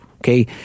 okay